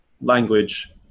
language